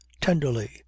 tenderly